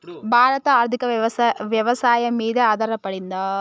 భారత ఆర్థికవ్యవస్ఠ వ్యవసాయం మీదే ఆధారపడింది